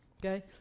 okay